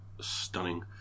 stunning